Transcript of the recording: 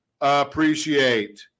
appreciate